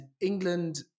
England